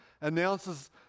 announces